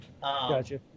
Gotcha